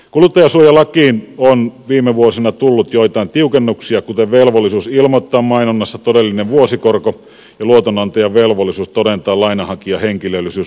kuluttajansuojalakiin on viime vuosina tullut joitain tiukennuksia kuten velvollisuus ilmoittaa mainonnassa todellinen vuosikorko ja luotonantajan velvollisuus todentaa lainanhakijan henkilöllisyys huolellisesti